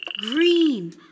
green